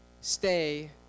stay